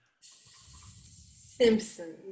Simpsons